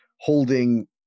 holding